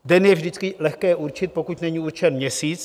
Den je vždycky lehké určit, pokud není určen měsíc.